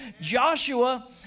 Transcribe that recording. Joshua